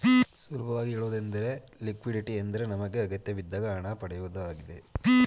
ಸುಲಭವಾಗಿ ಹೇಳುವುದೆಂದರೆ ಲಿಕ್ವಿಡಿಟಿ ಎಂದರೆ ನಮಗೆ ಅಗತ್ಯಬಿದ್ದಾಗ ಹಣ ಪಡೆಯುವುದಾಗಿದೆ